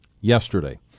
yesterday